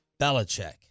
Belichick